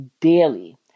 daily